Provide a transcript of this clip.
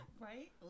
Right